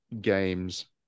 games